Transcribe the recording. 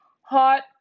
hot